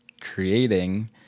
creating